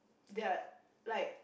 they are like